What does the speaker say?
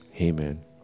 amen